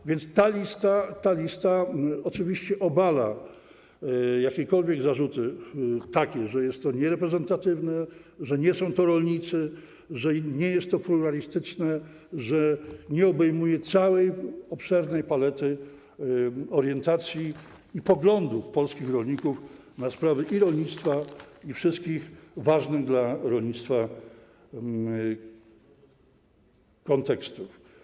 A więc ta lista obala jakiekolwiek zarzuty, że jest to niereprezentatywne, że nie są to rolnicy, że nie jest to pluralistyczne, że nie obejmuje całej obszernej palety orientacji i poglądów polskich rolników na sprawy i rolnictwa, i wszystkich ważnych dla rolnictwa kontekstów.